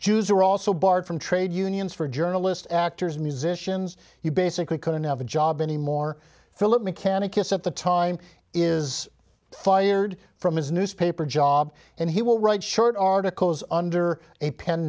jews are also barred from trade unions for journalist actors musicians you basically couldn't have a job anymore philip mechanic is at the time is fired from his newspaper job and he will write short articles under a pen